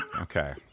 Okay